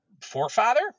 forefather